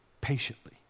patiently